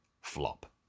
flop